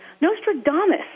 Nostradamus